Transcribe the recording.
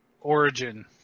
Origin